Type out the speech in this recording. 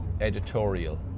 editorial